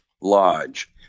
Lodge